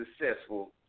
successful